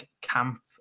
camp